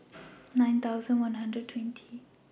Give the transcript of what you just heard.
nine thousand one hundred twenty